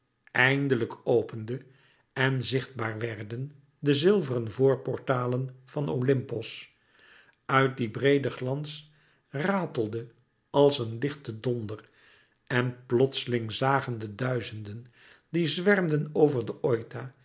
en zichtbaar werden de zilveren voorportalen van oympos uit dien breeden glans ratelde als een lichte donder en plotseling zagen de duizenden die zwermden over den oita